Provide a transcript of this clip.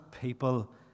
people